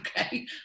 Okay